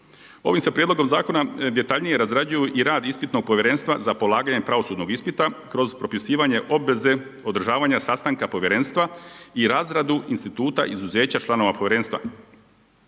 Ovim se prijedlogom zakona detaljnije razrađuju i rad ispitnog povjerenstva za polaganje pravosudnog ispita kroz propisivanje obveze održavanja sastanka povjerenstva i razradu instituta izuzeća članova povjerenstva.